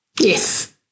Yes